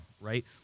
right